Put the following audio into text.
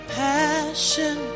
passion